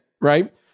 Right